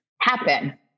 happen